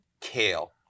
kale